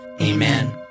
Amen